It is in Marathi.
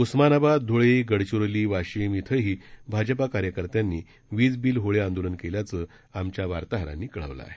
उस्मानाबाद धुळे गडचिरोली वाशिम इथंही भाजपा कार्यकर्त्यांनी विज बिल होळी आंदोलन केल्याचं आमच्या वार्ताहरांनी कळवलं आहे